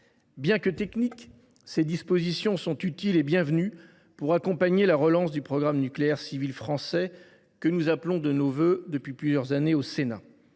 Bien que techniques, ces dispositions sont utiles et bienvenues pour accompagner la relance du programme nucléaire civil français que nous appelons de nos vœux depuis plusieurs années au Sénat.